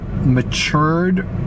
matured